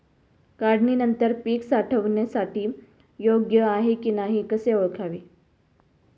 काढणी नंतर पीक साठवणीसाठी योग्य आहे की नाही कसे ओळखावे?